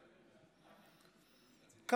"היועץ" של יהודה וינשטיין.